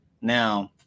Now